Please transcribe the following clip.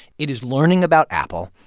it is learning about apple.